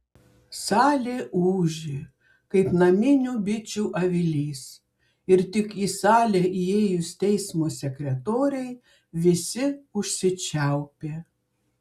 salė ūžė kaip naminių bičių avilys ir tik į salę įėjus teismo sekretorei visi užsičiaupė